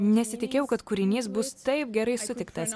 nesitikėjau kad kūrinys bus taip gerai sutiktas